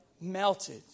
melted